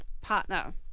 partner